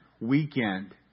weekend